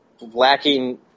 lacking